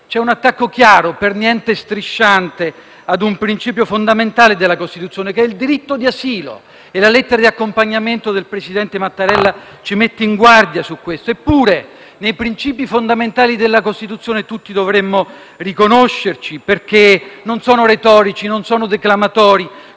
è un attacco chiaro, per niente strisciante, a un principio fondamentale della Costituzione, che è il diritto di asilo. E la lettera di accompagnamento del presidente Mattarella ci mette in guardia su questo. Eppure, nei princìpi fondamentali della Costituzione tutti dovremmo riconoscerci, perché non sono retorici, non sono declamatori.